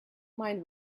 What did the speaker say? mind